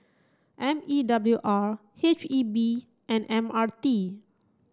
M E W R H E B and M R T